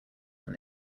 than